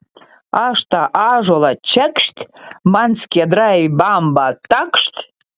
aš tą ąžuolą čekšt man skiedra į bambą takšt